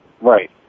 Right